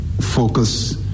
focus